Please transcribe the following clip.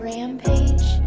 Rampage